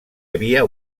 havia